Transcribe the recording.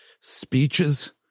speeches